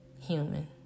human